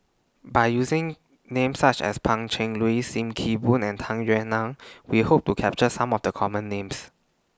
By using Names such as Pan Cheng Lui SIM Kee Boon and Tung Yue Nang We Hope to capture Some of The Common Names